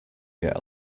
get